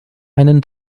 einen